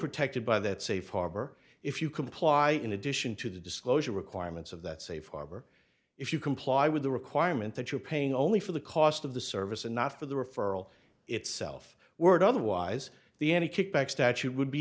protected by that safe harbor if you comply in addition to the disclosure requirements of that safe harbor if you comply with the requirement that you're paying only for the cost of the service and not for the referral itself were it otherwise the any kickback statute would be